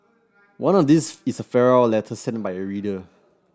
one of these is a farewell letter sent by a reader